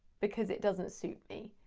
because it doesn't suit me.